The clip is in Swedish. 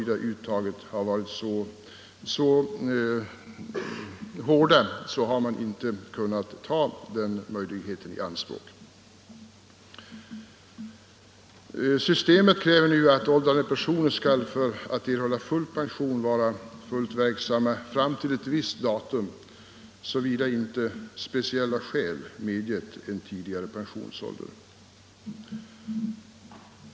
Det har belysts av tidigare talare. Systemet kräver att åldrande personer skall för att erhålla hel pension vara fullt verksamma fram till ett visst datum, såvida inte speciella skäl möjliggjort en tidigare pensionsålder.